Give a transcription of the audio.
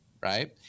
right